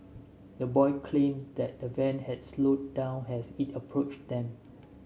the boy claim that the van had slowed down as it approached them